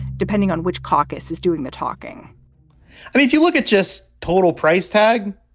depending on which caucus is doing the talking i mean, if you look at just total price tag,